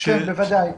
כן, בוודאי.